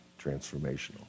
transformational